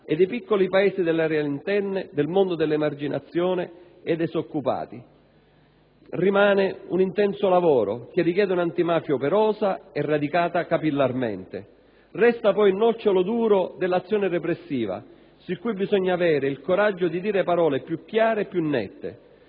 e dei piccoli paesi delle aree interne, del mondo dell'emarginazione e dei disoccupati. Rimane un lavoro intenso che richiede un'antimafia operosa e radicata capillarmente. Resta poi il nocciolo duro dell'azione repressiva su cui bisogna avere il coraggio di dire parole più chiare e più nette.